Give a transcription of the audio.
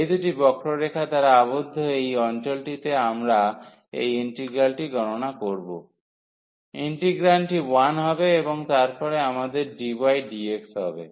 এই দুটি বক্ররেখা দ্বারা আবদ্ধ এই অঞ্চলটিতে আমরা এই ইন্টিগ্রালটি গণনা করব ইন্টিগ্রান্ডটি 1 হবে এবং তারপরে আমাদের dy dx হবে